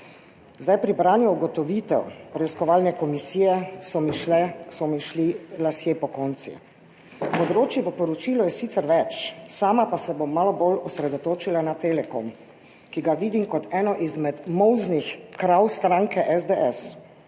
Pri branju ugotovitev preiskovalne komisije so mi šli lasje pokonci. Področij v poročilu je sicer več, sama pa se bom malo bolj osredotočila na Telekom, ki ga vidim kot eno izmed molznih krav stranke SDS,